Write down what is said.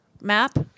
map